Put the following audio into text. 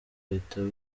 bahita